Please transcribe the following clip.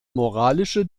moralische